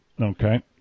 Okay